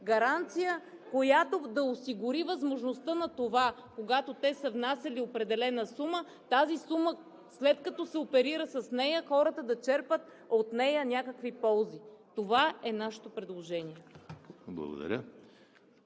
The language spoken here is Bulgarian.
гаранция, която да осигури възможността на това, когато те са внасяли определена сума, тази сума, след като се оперира с нея, хората да черпят от нея някакви ползи. Това е нашето предложение.